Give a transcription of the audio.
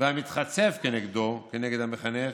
והמתחצף כנגדו, כנגד המחנך,